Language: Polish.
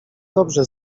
dobrze